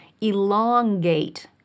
elongate